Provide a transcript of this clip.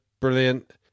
brilliant